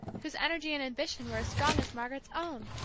whose energy and ambition were as strong as margaret's own!